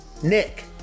Nick